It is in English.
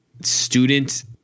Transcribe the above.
student